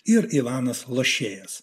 ir ivanas lošėjas